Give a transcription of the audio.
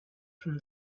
from